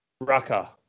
Raka